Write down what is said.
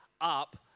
up